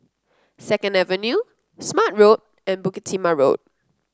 Second Avenue Smart Road and Bukit Timah Road